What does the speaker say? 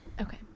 Okay